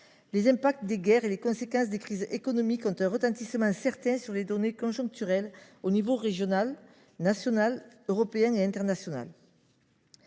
Les impacts des guerres et les conséquences des crises économiques ont un retentissement certain sur la conjoncture aux niveaux régional, national, européen et international.